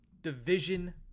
Division